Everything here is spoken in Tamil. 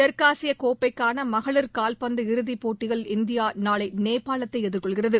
தெற்காசிய கோப்பைக்கான மகளிர் கால்பந்து இறுதிப் போட்டியில் இந்தியா நாளை நேபாளத்தை எதிர்கொள்கிறது